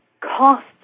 costs